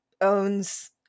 owns